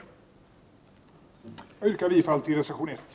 Jag yrkar bifall till reservation 1.